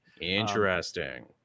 interesting